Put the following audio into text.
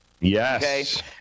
Yes